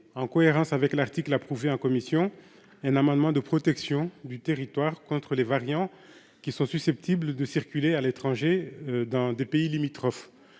en cohérence avec l'article approuvé en commission un amendement de protection du territoire contre les variants qui sont susceptibles de circuler à l'étranger dans des pays limitrophes,